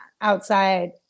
outside